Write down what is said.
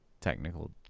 technical